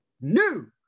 new